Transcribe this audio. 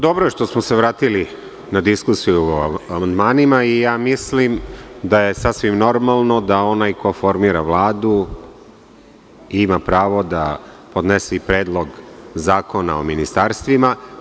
Dobro je što smo se vratili na diskusiju o amandmanima i mislim da je sasvim normalno da onaj ko formira Vladu ima pravo da podnese i predlog Zakona o ministarstvima.